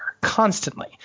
constantly